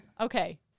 Okay